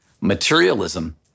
materialism